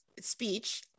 speech